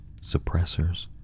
suppressors